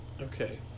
Okay